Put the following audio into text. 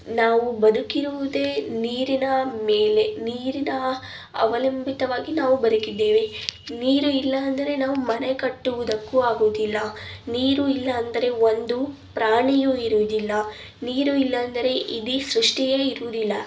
ನಾವು ಬದುಕಿರುವುದೇ ನೀರಿನ ಮೇಲೆ ನೀರಿನ ಅವಲಂಬಿತವಾಗಿ ನಾವು ಬದುಕಿದ್ದೇವೆ ನೀರು ಇಲ್ಲ ಅಂದರೆ ನಾವು ಮನೆ ಕಟ್ಟುವುದಕ್ಕೂ ಆಗುವುದಿಲ್ಲ ನೀರು ಇಲ್ಲ ಅಂದರೆ ಒಂದು ಪ್ರಾಣಿಯು ಇರುವುದಿಲ್ಲ ನೀರು ಇಲ್ಲ ಅಂದರೆ ಇಡೀ ಸೃಷ್ಟಿಯೇ ಇರುವುದಿಲ್ಲ